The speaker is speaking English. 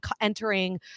entering